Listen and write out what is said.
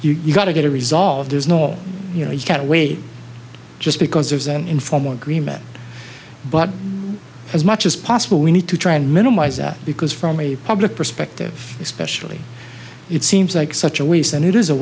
you've got to get a resolve there's no you know you've got to wait just because there's an informal agreement but as much as possible we need to try and minimize that because from a public perspective especially it seems like such a waste and it is a